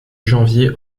janvier